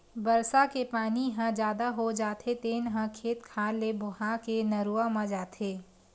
बरसा के पानी ह जादा हो जाथे तेन ह खेत खार ले बोहा के नरूवा म जाथे